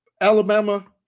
Alabama